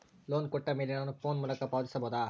Loan ಕೊಟ್ಟ ಮೇಲೆ ನಾನು ಫೋನ್ ಮೂಲಕ ಪಾವತಿಸಬಹುದಾ?